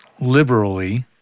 liberally